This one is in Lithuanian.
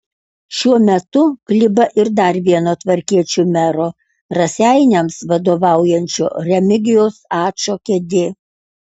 šiuo metu kliba ir dar vieno tvarkiečių mero raseiniams vadovaujančio remigijaus ačo kėdė